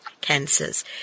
cancers